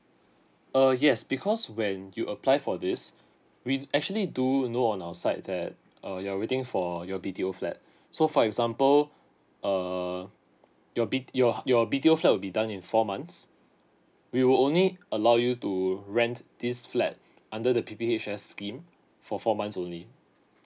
err yes because when you apply for this we actually do know on our side that err you're waiting for your B_T_O flat so for example err your B your your B_T_O flat will be done in four months we will only allow you to rent this flat under the P P H S scheme for four months only